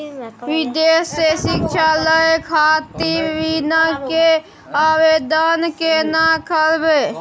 विदेश से शिक्षा लय खातिर ऋण के आवदेन केना करबे?